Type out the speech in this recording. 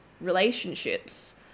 relationships